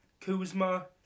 Kuzma